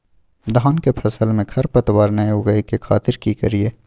धान के फसल में खरपतवार नय उगय के खातिर की करियै?